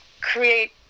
create